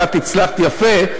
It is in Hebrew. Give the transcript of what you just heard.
ואת הצלחת יפה.